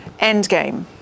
Endgame